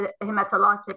hematologic